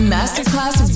Masterclass